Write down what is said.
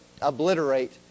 obliterate